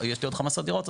יש לי עוד 15 דירות,